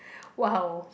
!wow!